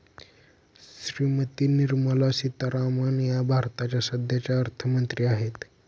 श्रीमती निर्मला सीतारामन या भारताच्या सध्याच्या अर्थमंत्री आहेत